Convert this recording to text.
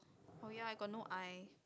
oh ya I got no eye